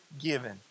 given